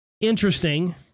Interesting